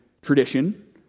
tradition